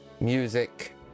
music